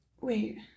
wait